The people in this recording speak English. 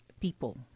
people